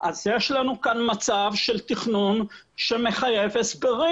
אז יש לנו כאן מצב של תכנון שמחייב הסברים.